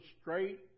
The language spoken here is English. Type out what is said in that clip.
straight